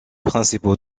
principaux